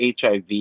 HIV